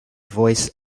voice